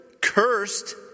cursed